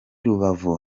rubavu